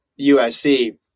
USC